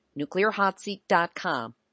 nuclearhotseat.com